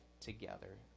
together